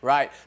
Right